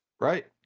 Right